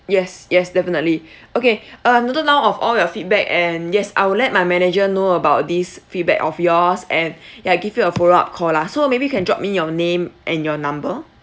yes yes definitely okay uh noted down of all your feedback and yes I will let my manager know about these feedback of yours and ya give you a follow up call lah so maybe you can drop me your name and your number